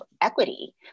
equity